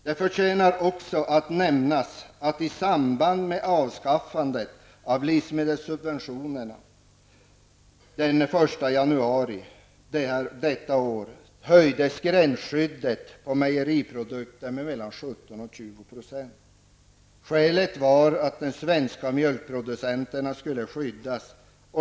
Det förtjänar också att nämnas att gränsskyddet, i samband med avskaffandet av livsmedelssubventionerna den 1 januari detta år, höjdes gränsskyddet beträffande mejeriprodukter med 17--20 %. Skälet var att de svenska mjölkproducenterna skulle skyddas.